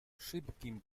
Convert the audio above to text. szybkim